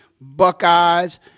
Buckeyes